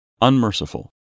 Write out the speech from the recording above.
unmerciful